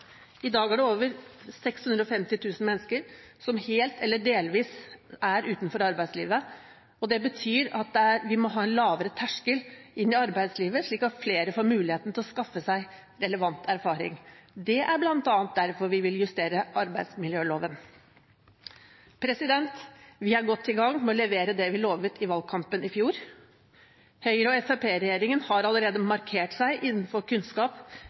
I dag er det over 650 000 mennesker som helt eller delvis er utenfor arbeidslivet. Det betyr at vi må ha en lavere terskel inn i arbeidslivet, slik at flere får muligheten til å skaffe seg relevant erfaring. Det er bl.a. derfor vi vil justere arbeidsmiljøloven. Vi er godt i gang med å levere det vi lovet i valgkampen i fjor. Høyre–Fremskrittsparti-regjeringen har allerede markert seg innenfor kunnskap